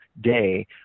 day